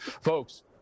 Folks